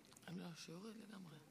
השר שמולי?